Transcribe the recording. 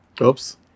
Oops